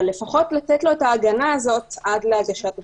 אבל לפחות לתת לו את ההגנה הזו עד להגשת התביעה.